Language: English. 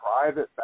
Private